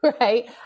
right